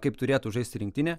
kaip turėtų žaisti rinktinė